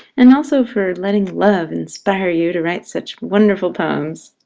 and also for letting love inspire you to write such wonderful poems.